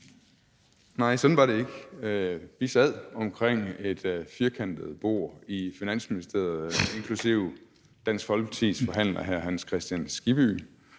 Nej, sådan var det ikke. Vi sad omkring et firkantet bord i Finansministeriet, inklusive Dansk Folkepartis forhandler, hr. Hans Kristian Skibby.